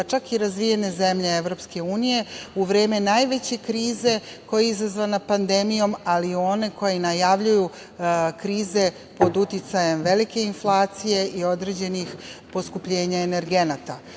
pa čak i razvijene zemlje EU, u vreme najveće krize koja je izazvana pandemijom, ali i one koju najavljuju, krizu pod uticajem velike inflacije i određenih poskupljenja energenata. To